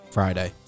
Friday